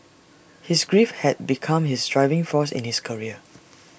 his grief had become his driving force in his career